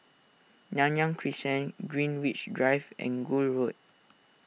Nanyang Crescent Greenwich Drive and Gul Road